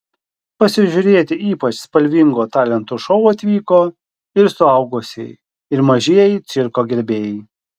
pasižiūrėti ypač spalvingo talentų šou atvyko ir suaugusieji ir mažieji cirko gerbėjai